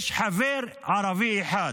יש חבר ערבי אחד.